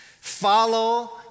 Follow